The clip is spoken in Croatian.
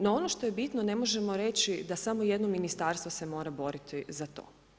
No ono što je bitno, ne možemo reći da samo jedno ministarstvo se mora boriti za to.